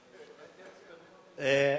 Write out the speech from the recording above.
כי על-פי סעיף 96(2)(ה)